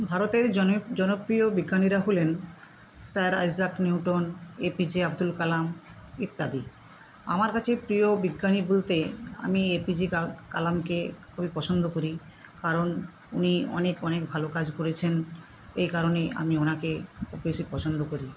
ভারতের জন জনপ্রিয় বিজ্ঞানীরা হলেন sir Isaac Newton APJ Abdul Kalam ইত্যাদি আমার কাছে প্রিয় বিজ্ঞানী বলতে আমি এপিজে কালামকে খুবই পছন্দ করি কারণ উনি অনেক অনেক ভালো কাজ করেছেন এই কারণেই আমি ওনাকে খুব বেশি পছন্দ করি